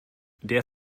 der